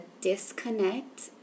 disconnect